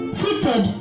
seated